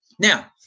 Now